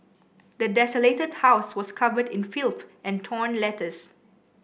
the desolated house was covered in filth and torn letters